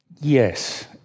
yes